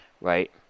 Right